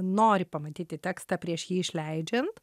nori pamatyti tekstą prieš jį išleidžiant